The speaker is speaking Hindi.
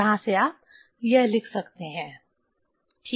यहां से आप यह लिख सकते हैं ठीक